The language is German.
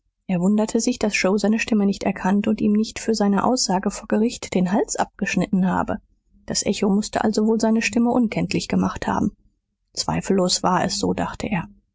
er wunderte sich daß joe seine stimme nicht erkannt und ihm nicht für seine aussage vor gericht den hals abgeschnitten habe das echo mußte also wohl seine stimme unkenntlich gemacht haben zweifellos war es so dachte er